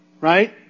right